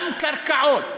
גם קרקעות